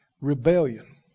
Rebellion